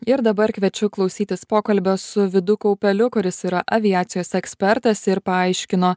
ir dabar kviečiu klausytis pokalbio su vidu kaupeliu kuris yra aviacijos ekspertas ir paaiškino